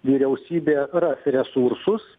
vyriausybė ras resursus